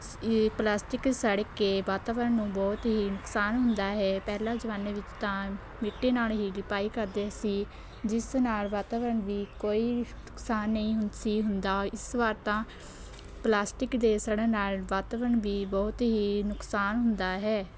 ਸ ਇਹ ਪਲਾਸਟਿਕ ਸੜ ਕੇ ਵਾਤਾਵਰਨ ਨੂੰ ਬਹੁਤ ਹੀ ਨੁਕਸਾਨ ਹੁੰਦਾ ਹੈ ਪਹਿਲਾਂ ਜ਼ਮਾਨੇ ਵਿੱਚ ਤਾਂ ਮਿੱਟੀ ਨਾਲ਼ ਹੀ ਲਿਪਾਈ ਕਰਦੇ ਸੀ ਜਿਸ ਨਾਲ਼ ਵਾਤਾਵਰਨ ਵੀ ਕੋਈ ਨੁਕਸਾਨ ਨਹੀਂ ਸੀ ਹੁੰਦਾ ਇਸ ਵਾਰ ਤਾਂ ਪਲਾਸਟਿਕ ਦੇ ਸੜਨ ਨਾਲ਼ ਵਾਤਾਵਰਨ ਵੀ ਬਹੁਤ ਹੀ ਨੁਕਸਾਨ ਹੁੰਦਾ ਹੈ